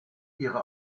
ihre